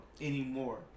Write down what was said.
anymore